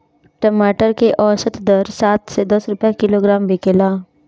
टमाटर के औसत दर सात से दस रुपया किलोग्राम बिकला?